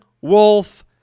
Wolf